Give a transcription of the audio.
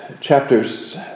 chapters